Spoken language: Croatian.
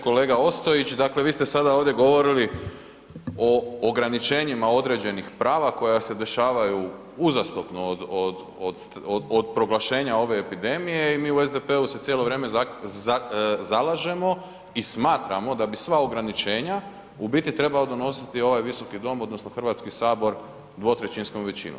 Kolega Ostojić, dakle vi ste sada ovdje govorili o ograničenjima određenih prava koja se dešavaju uzastopno od proglašenja ove epidemije i mi u SDP-u se cijelo vrijeme zalažemo i smatramo da bi sva ograničenja u biti trebao donositi ovaj visoki dom odnosno Hrvatski sabor 2/3 većinom.